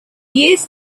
years